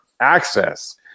Access